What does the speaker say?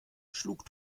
schlug